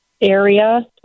area